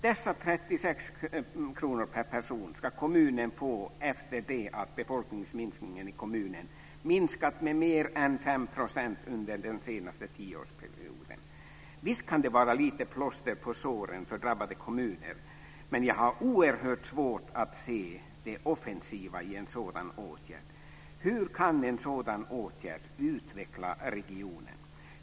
Dessa 36 kr per person ska kommunen få efter det att befolkningsminskningen i kommunen minskat med mer än 5 % under den senaste tioårsperioden. Visst kan det vara lite plåster på såren för drabbade kommuner, men jag har oerhört svårt att se det offensiva i en sådan åtgärd. Hur kan en sådan åtgärd utveckla regionen?